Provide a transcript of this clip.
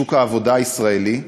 בשוק העבודה הישראלי,